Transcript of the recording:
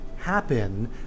Happen